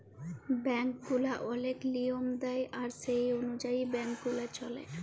bank গুলা ওলেক লিয়ম দেয় আর সে অলুযায়ী ব্যাংক গুলা চল্যে